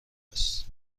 است